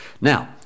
now